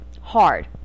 hard